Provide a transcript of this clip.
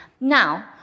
Now